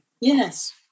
Yes